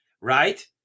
right